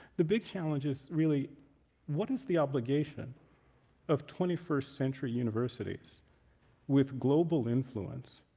the big challenge is really what is the obligation of twenty first century universities with global influence,